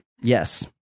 Yes